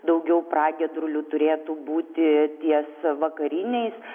daugiau pragiedrulių turėtų būti ties vakariniais